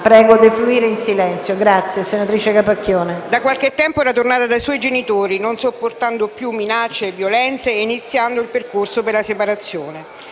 Prego di defluire in silenzio, grazie. Prego, senatrice Capacchione. CAPACCHIONE *(PD)*. Da qualche tempo era tornata dai suoi genitori, non sopportando più minacce e violenze e iniziando il percorso per la separazione.